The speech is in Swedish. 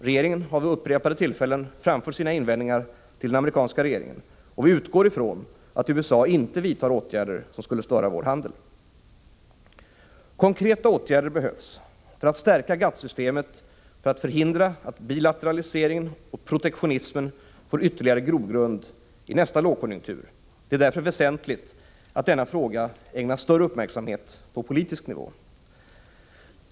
Regeringen har vid upprepade tillfällen framfört sina invändningar till den amerikanska regeringen. Vi utgår ifrån att USA inte vidtar åtgärder som skulle störa vår handel. Konkreta åtgärder behövs för att stärka GATT-systemet för att därigenom förhindra att bilateraliseringen och protektionismen får ytterligare grogrund i nästa lågkonjunktur. Det är därför väsentligt att denna fråga ägnas större uppmärksamhet på politisk nivå.